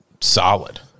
solid